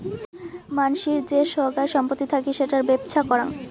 মানসির যে সোগায় সম্পত্তি থাকি সেটার বেপ্ছা করাং